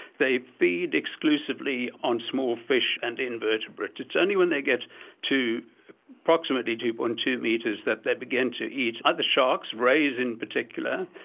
they feed exclusively on small fish and invertebrates. it's only when they get to approximately two. two metres that they begin to eat other sharks, rays in particular,